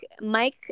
Mike